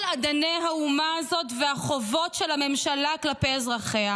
אדני האומה הזאת והחובות של הממשלה כלפי אזרחיה,